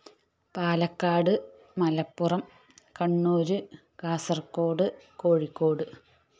Palakkad Malappuram Kannur Kasaragod Kozhikode